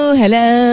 hello